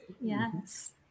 yes